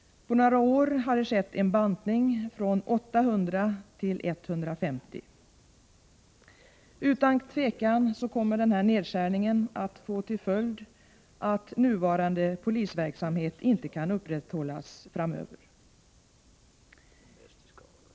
På några år har det skett en bantning från 800 till 150. Utan tvekan kommer denna nedskärning att få till följd att nuvarande polisverksamhet inte kan upprätthållas framöver.